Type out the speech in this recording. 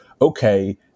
okay